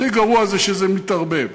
הכי גרוע זה שזה מתערבב.